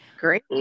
Great